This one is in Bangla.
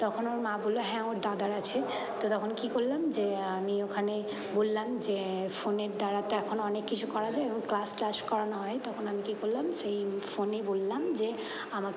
তখন ওর মা বললো হ্যাঁ ওর দাদার আছে তো তখন কি করলাম যে আমি ওখানে বললাম যে ফোনের দ্বারা তো এখন অনেক কিছু করা যায় এবং ক্লাস টলাস করানো হয় তখন আমি কি করলাম সেই ফোনে বললাম যে আমাকে